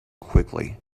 quickly